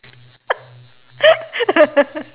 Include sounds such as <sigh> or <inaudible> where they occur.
<laughs>